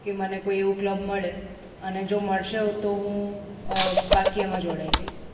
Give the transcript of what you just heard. કે મને કોઈ એવું કલબ મળે અને જો મળશે તો હું પાક્કી એમાં જોડાઈ જઈશ